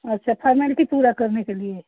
अच्छा फरमेल्टी पूरी करने के लिए